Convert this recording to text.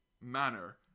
manner